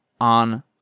on